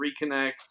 reconnect